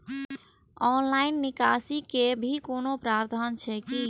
Online निकासी के भी कोनो प्रावधान छै की?